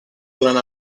durant